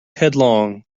headlong